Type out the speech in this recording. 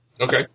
Okay